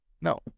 No